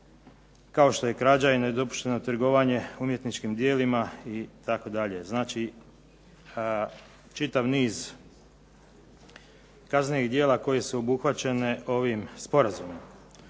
kao što je krađa i nedopušteno trgovanje umjetničkih djelima itd. Znači, čitav niz kaznenih djela koje su obuhvaćene ovim sporazumom.